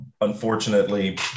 unfortunately